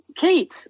Kate